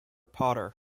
potter